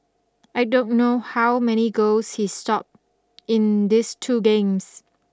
I don't know how many goals he stopped in this two games